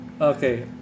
Okay